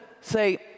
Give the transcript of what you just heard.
say